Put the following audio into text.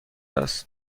است